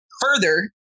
further